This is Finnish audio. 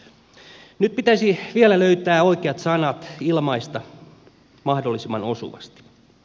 nyt pitäisi vielä löytää oikeat sanat ilmaista mahdollisimman osuvasti